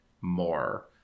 more